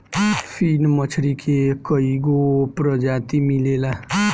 फिन मछरी के कईगो प्रजाति मिलेला